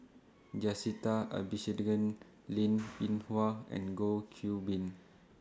Jacintha Abisheganaden Linn in Hua and Goh Qiu Bin